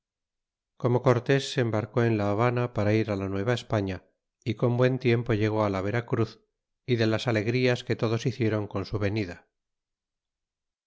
como cortes se embarcó en la habana para ir d la nueva espafía y con buen tiempo llegó la vera cruz y de las alegrías que todos hiciéron con su venida